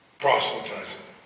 proselytizing